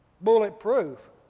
bulletproof